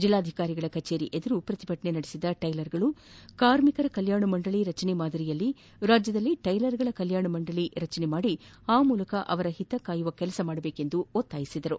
ಜಿಲ್ಲಾಧಿಕಾರಿಗಳ ಕಚೇರಿ ಎದುರು ಪ್ರತಿಭಟನೆ ನಡೆಸಿದ ಟೈಲರ್ಗಳು ಕಾರ್ಮಿಕರ ಕಲ್ಯಾಣ ಮಂಡಳಿ ರಚನೆ ಮಾದರಿಯಲ್ಲಿ ರಾಜ್ಯದಲ್ಲಿ ಟೈಲರ್ಗಳ ಕಲ್ಯಾಣ ಮಂಡಳಿ ರಚನೆ ಮಾದಿ ಆ ಮೂಲಕ ಅವರ ಹಿತ ಕಾಯುವ ಕೆಲಸ ಮಾಡಬೇಕೆಂದು ಒತ್ತಾಯಿಸಿದರು